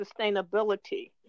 sustainability